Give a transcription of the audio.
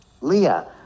Leah